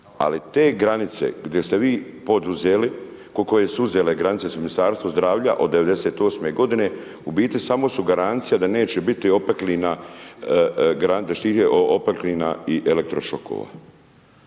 Ali te granice gdje ste vi poduzeli, koje su uzele granice sa Ministarstva zdravlja od '98. u biti samo su garancija da neće biti opeklina, da štite od